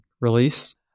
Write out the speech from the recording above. release